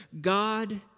God